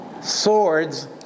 swords